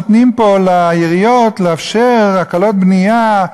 נותנים פה לעיריות לאפשר הקלות בנייה,